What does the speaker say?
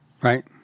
Right